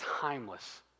timeless